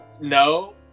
No